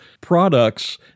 products